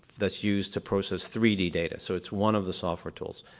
that's used to process three d data. so it's one of the software tools.